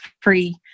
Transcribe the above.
free